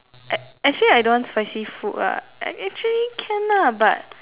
actually I don't want spicy food lah actually can lah but